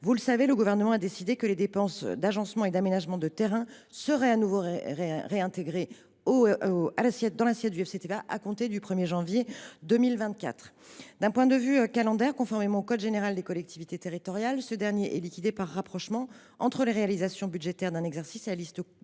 territoriales, le Gouvernement a décidé que les dépenses d’agencement et d’aménagement de terrains seraient réintégrées dans l’assiette d’éligibilité au FCTVA, à compter du 1 janvier 2024. Du point de vue calendaire, conformément au code général des collectivités territoriales, ce fonds est liquidé par rapprochement entre les réalisations budgétaires d’un exercice et la liste